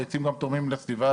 העצים גם תורמים לסביבה,